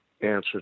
answer